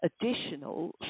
additional